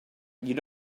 you